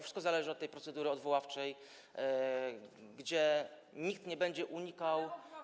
Wszystko zależy od tej procedury odwoławczej, gdzie nikt nie będzie unikał.